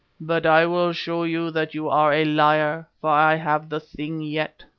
but i will show you that you are a liar, for i have the thing yet,